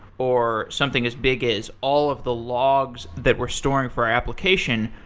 or something as big as all of the logs that we're storing for application,